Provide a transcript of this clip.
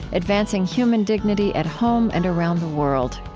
advancing human dignity at home and around the world.